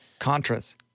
Contras